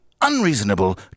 unreasonable